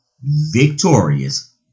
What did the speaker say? victorious